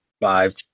Five